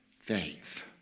faith